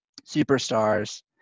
superstars